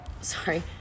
sorry